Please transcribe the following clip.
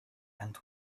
and